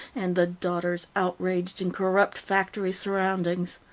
and the daughters outraged in corrupt factory surroundings.